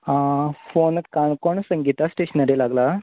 phone Canacona Sangeeta stationery लागला